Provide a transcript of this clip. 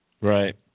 Right